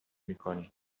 میکنید